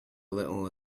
little